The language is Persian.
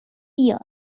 بیار